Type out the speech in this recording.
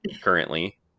currently